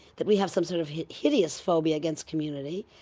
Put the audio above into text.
that we have some sort of hideous phobia against community,